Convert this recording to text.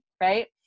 right